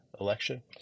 election